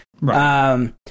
Right